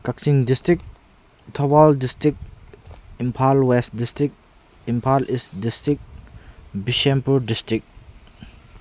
Kakching district Thoubal district Imphal west district Imphal east district Bishnupur district